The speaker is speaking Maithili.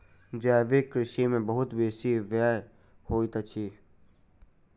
जैविक कृषि में बहुत बेसी व्यय होइत अछि